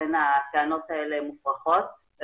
לכן הטענות הללו מופרכות.